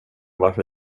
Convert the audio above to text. varför